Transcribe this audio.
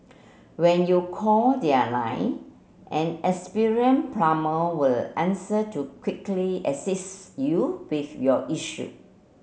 when you call their line an plumber will answer to quickly assist you with your issue